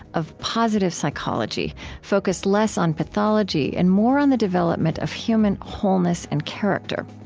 of positive psychology focused less on pathology and more on the development of human wholeness and character.